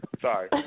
Sorry